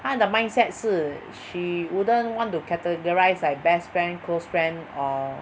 她的 mindset 是 she wouldn't want to categorize like best friend close friend or